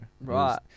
Right